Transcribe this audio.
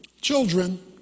children